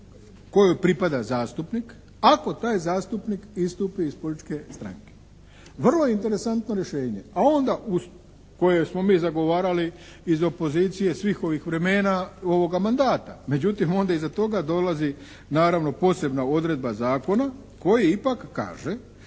kojoj pripada zastupnik ako taj zastupnik istupi iz političke stranke. Vrlo je interesantno rješenje, a onda koje smo mi zagovarali iz opozicije svih ovih vremena ovoga mandata. Međutim onda iza toga dolazi naravno posebna odredba zakona koja ipak kaže